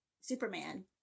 Superman